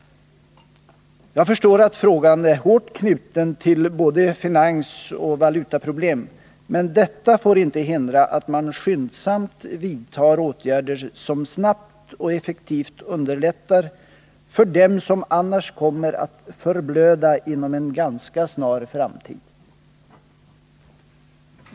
Jag förstår att frågan är hårt knuten till både finansoch valutaproblem, men detta får inte hindra att man skyndsamt vidtar åtgärder som snabbt och effektivt underlättar för dem som annars kommer att förblöda inom en ganska snar framtid.